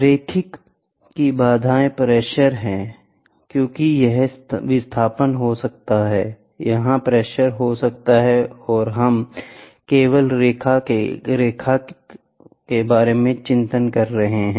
रैखिकता की बाधाएं प्रेशर हैं क्योंकि यह विस्थापन हो सकता है यह प्रेशर हो सकता है और हम केवल रैखिकता के बारे में चिंतित हैं